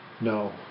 No